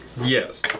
Yes